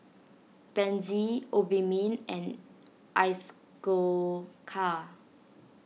Pansy Obimin and